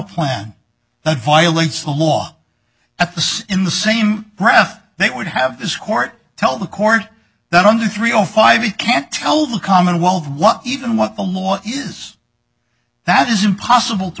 plan that violates the law at the sea in the same breath they would have this court tell the court that under three o five it can't tell the commonwealth what even what the law is that is impossible to